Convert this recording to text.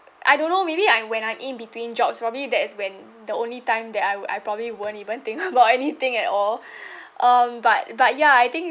I don't know maybe I'm when I'm in between jobs probably that is when the only time that I I probably won't even think about anything at all um but but ya I think